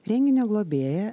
renginio globėja